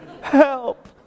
help